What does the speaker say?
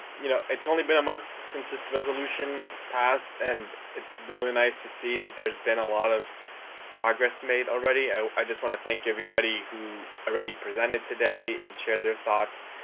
you know, it's only been a month since this resolution passed and it's really nice to see that there's been a lot of progress made already. i i just want to thank everybody who already presented today and shared their thoughts,